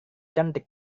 cantik